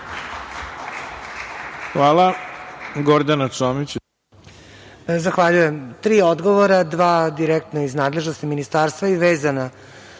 Hvala